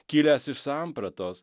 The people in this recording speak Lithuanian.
kilęs iš sampratos